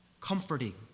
comforting